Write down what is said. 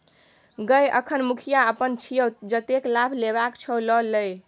गय अखन मुखिया अपन छियै जतेक लाभ लेबाक छौ ल लए